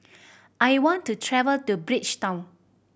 I want to travel to Bridgetown